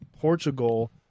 Portugal